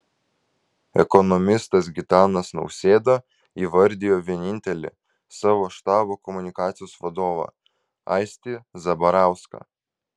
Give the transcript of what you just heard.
ekonomistas gitanas nausėda įvardijo vienintelį savo štabo komunikacijos vadovą aistį zabarauską